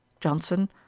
Johnson